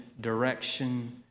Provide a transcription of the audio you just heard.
direction